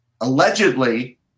allegedly